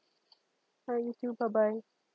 right thank you bye bye